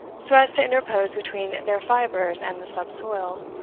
so as to interpose between their fibres and the subsoil.